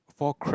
four crack